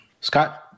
Scott